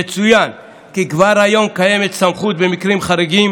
יצוין כי כבר היום קיימת סמכות, במקרים חריגים